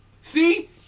See